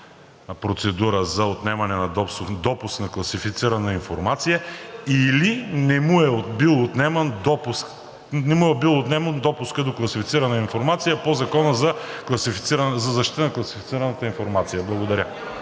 процедура за отнемане на допуск на класифицирана информация или не му е бил отнеман допускът до класифицирана информация по Закона за защита на класифицираната информация.“ Благодаря.